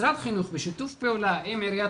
משרד החינוך בשיתוף פעולה עם עיריית